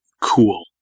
cool